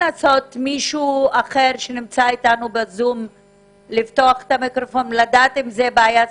עד שיפתרו את הבעיה הטכנית,